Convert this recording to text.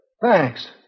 Thanks